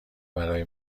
برای